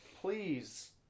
please